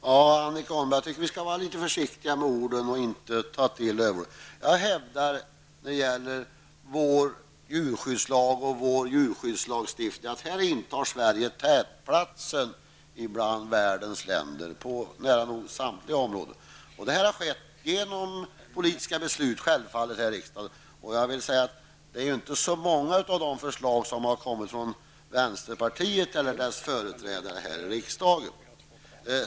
Herr talman! Jag tycker att vi skall vara litet försiktiga, Annika Åhnberg, med orden och inte ta till överord. Jag hävdar när det gäller vår djurskyddslagstiftning att Sverige intar tätplatsen bland världens länder på nära nog samtliga områden. Det har kunnat ske med hjälp av politiska beslut i riksdagen. Men det är inte så många förslag som har kommit från vänsterpartiet och dess företrädare i riksdagen.